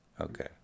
okay